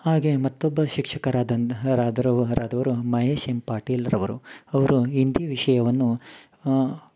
ಹಾಗೆ ಮತ್ತೊಬ್ಬ ಶಿಕ್ಷಕರಾದಂತಹ ರಾದರೂ ರಾದವ್ರು ಮಹೇಶ್ ಎಮ್ ಪಾಟೀಲ್ರವರು ಅವರು ಹಿಂದಿ ವಿಷಯವನ್ನು